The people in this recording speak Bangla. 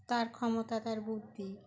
তার ক্ষমতা তার বুদ্ধি